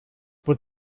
but